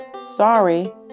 sorry